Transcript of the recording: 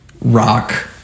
rock